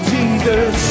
Jesus